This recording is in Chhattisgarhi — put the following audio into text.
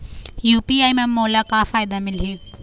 यू.पी.आई म मोला का फायदा मिलही?